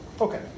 Okay